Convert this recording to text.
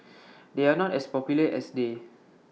they are not as popular as they